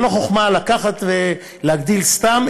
זו לא חוכמה לקחת ולהגדיל סתם.